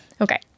Okay